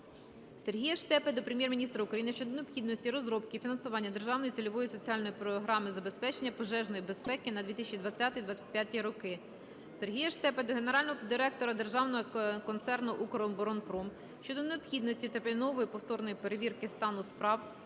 Сергія Штепи до Прем'єр-міністра України щодо необхідності розробки і фінансування Державної цільової соціальної програми забезпечення пожежної безпеки на 2020-2025 роки. Сергія Штепи до генерального директора Державного концерну "Укроборонпром" щодо необхідності термінової повторної перевірки стану справ